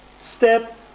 step